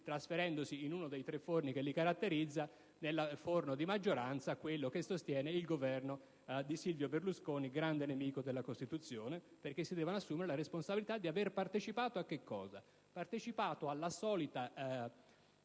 trasferendosi in uno dei tre forni che li caratterizza: nel forno di maggioranza, quello che sostiene il Governo di Silvio Berlusconi, grande nemico della Costituzione. Si devono assumere la responsabilità di aver partecipato a che cosa?